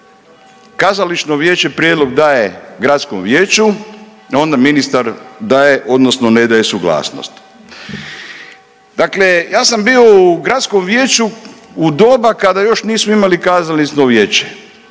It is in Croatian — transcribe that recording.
kazališno vijeće prijedlog daje gradskom vijeću, a onda ministar daje odnosno ne daje suglasnost. Dakle, ja sam bio u gradskom vijeću u doba kada još nismo imali kazališno vijeće,